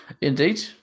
Indeed